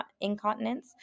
incontinence